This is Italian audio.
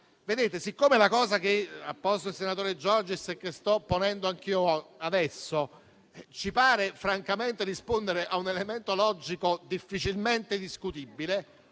Siccome il tema che ha posto il senatore Giorgis - e che sto ponendo anch'io adesso - ci pare francamente rispondere a un elemento logico difficilmente discutibile,